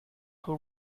who